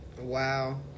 Wow